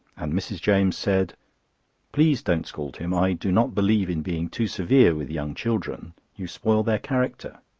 and mrs. james said please don't scold him i do not believe in being too severe with young children. you spoil their character.